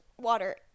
water